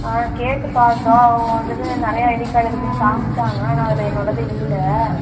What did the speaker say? ஆ கேட்டு பார்த்தேன் அவங்க வந்துவிட்டு நிறையா ஐடி கார்டு இருக்குன்னு காமிச்சாங்க ஆனால் அதில் என்னோடது இல்லை